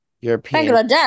European